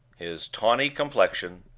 his tawny complexion,